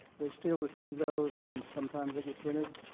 they still receive those and sometimes they get printed,